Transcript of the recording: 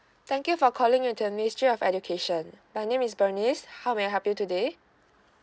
thank you for calling into the ministry of education my name is bernice how may I help you today